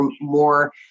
more